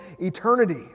eternity